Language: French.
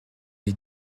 les